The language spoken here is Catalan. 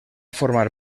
formar